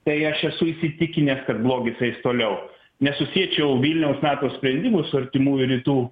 tai aš esu įsitikinęs kad blogis eis toliau nesusiečiau vilniaus nato sprendimų su artimųjų rytų